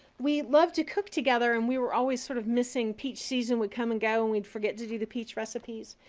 we love to cook together and we were always sort of missing peach season. we'd come and go and we'd forget to do the peach recipes.